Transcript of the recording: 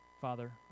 Father